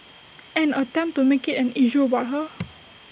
and attempt to make IT an issue about her